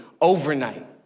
overnight